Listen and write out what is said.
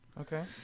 Okay